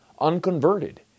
unconverted